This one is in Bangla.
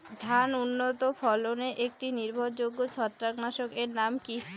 ধান উন্নত ফলনে একটি নির্ভরযোগ্য ছত্রাকনাশক এর নাম কি?